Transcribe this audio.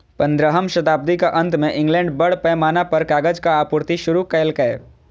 पंद्रहम शताब्दीक अंत मे इंग्लैंड बड़ पैमाना पर कागजक आपूर्ति शुरू केलकै